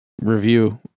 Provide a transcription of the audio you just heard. Review